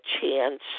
chance